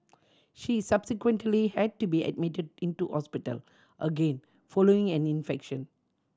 she subsequently had to be admitted into hospital again following an infection